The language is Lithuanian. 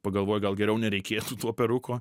pagalvojau gal geriau nereikėtų to peruko